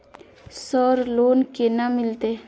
Sir loan केना मिलते?